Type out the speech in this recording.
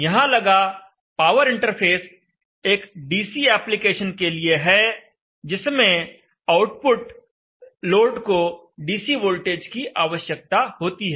यहां लगा power interface एक डीसी एप्लीकेशन के लिए है जिसमें आउटपुट लोड को डीसी वोल्टेज की आवश्यकता होती है